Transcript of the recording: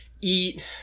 eat